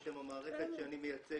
וזה בשם המערכת שאני מייצג,